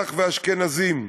המזרח והאשכנזים,